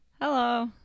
Hello